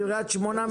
קריית שמונה,